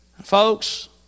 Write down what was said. Folks